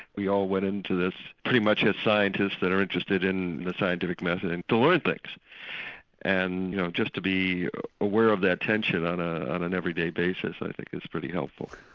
we all went into this pretty much as scientists that are interested in the scientific method and to learn things and just to be aware of that tension on ah on an everyday basis i think is pretty helpful.